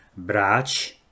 brać